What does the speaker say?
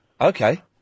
Okay